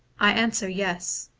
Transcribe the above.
i answer, yes.